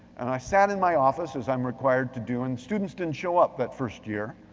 and i sat in my office as i'm required to do and students didn't show up that first year.